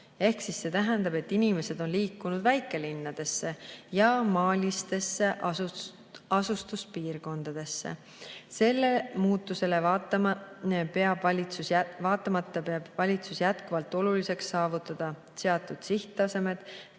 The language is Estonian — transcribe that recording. See tähendab, et inimesed on liikunud väikelinnadesse ja maalistesse asustuspiirkondadesse. Sellele muutusele vaatamata peab valitsus jätkuvalt oluliseks saavutada seatud sihttasemed